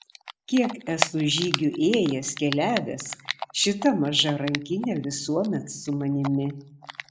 kiek esu žygių ėjęs keliavęs šita maža rankinė visuomet su manimi